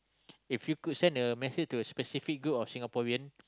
if you could send a message to a specific group of Singaporean